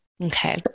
Okay